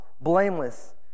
blameless